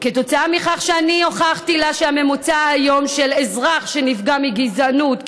כתוצאה מכך שאני הוכחתי לה שהממוצע היום של אזרח שנפגע מגזענות,